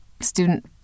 Student